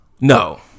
no